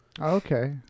Okay